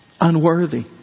Unworthy